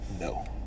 No